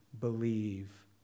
believe